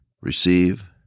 receive